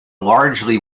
largely